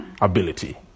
ability